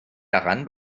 daran